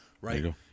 right